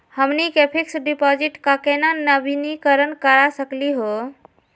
हमनी के fix deposit क केना नवीनीकरण करा सकली हो?